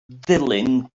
ddilyn